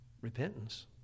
Repentance